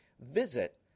visit